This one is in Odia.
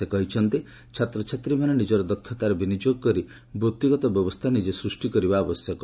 ସେ କହିଛନ୍ତି ଛାତ୍ରଛାତ୍ରୀମାନେ ନିଜର ଦକ୍ଷତାର ବିନିଯୋଗ କରି ବୃତ୍ତିଗତ ବ୍ୟବସ୍ଥା ନିଜେ ସୃଷ୍ଟି କରିବା ଆବଶ୍ୟକ